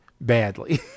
badly